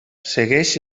segueix